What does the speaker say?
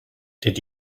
did